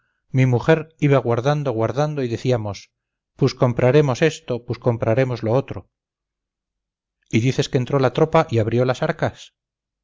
mi mujer iba guardando guardando y decíamos puscompraremos esto pus compraremos lo otro y dices que entró la tropa y abrió las arcas